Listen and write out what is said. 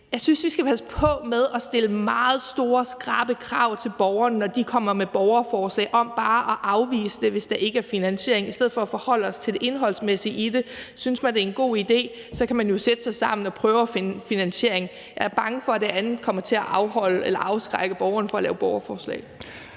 Jeg synes, vi skal passe på med at stille meget store, skrappe krav til borgerne, når de kommer med borgerforslag, om bare at afvise dem, hvis der ikke er finansiering, i stedet for at forholde os til det indholdsmæssige i det. Synes man, det er en god idé, kan man jo sætte sig sammen og prøve at finde finansiering. Jeg er bange for, at det andet kommer til at afholde eller afskrække borgerne fra at lave borgerforslag.